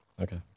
Okay